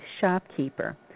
shopkeeper